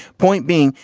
point being,